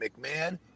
McMahon